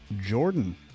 Jordan